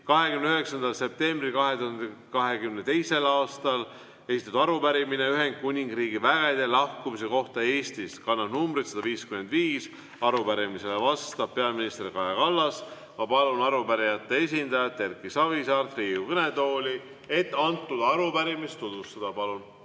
29. septembril 2022. aastal. Arupärimine on Ühendkuningriigi vägede Eestist lahkumise kohta ja kannab numbrit 155. Arupärimisele vastab peaminister Kaja Kallas. Ma palun arupärijate esindaja Erki Savisaare Riigikogu kõnetooli, et seda arupärimist tutvustada. Palun!